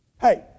Hey